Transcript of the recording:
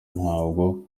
ntabwo